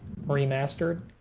remastered